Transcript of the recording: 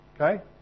Okay